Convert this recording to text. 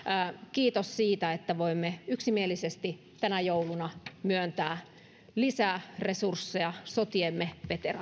kiitos siitä että voimme yksimielisesti tänä jouluna myöntää lisäresursseja sotiemme veteraaneille